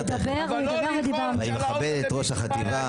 אני יכולה -- אני מכבד את ראש החטיבה,